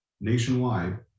nationwide